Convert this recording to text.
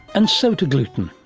and so to gluten,